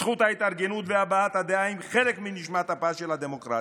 זכות ההתארגנות והבעת הדעה הן חלק מנשמת אפה של הדמוקרטיה.